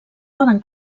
poden